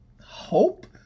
hope